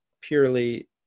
purely